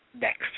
next